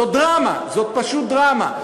זאת דרמה, זאת פשוט דרמה.